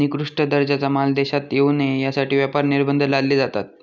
निकृष्ट दर्जाचा माल देशात येऊ नये यासाठी व्यापार निर्बंध लादले जातात